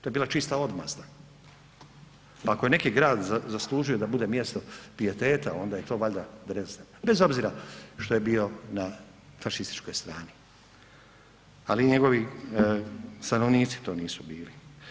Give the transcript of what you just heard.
To je bila čista odmazda pa ako je neki grad zaslužio da bude mjesto pijeteta, onda je to valjda Dresden, bez obzira što je bio na fašističkoj strani, ali njegovi stanovnici to nisu bili.